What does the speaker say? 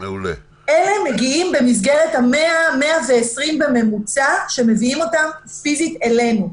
אלה מגיעים במסגרת ה-120-100 בממוצע שמביאים פיזית אלינו,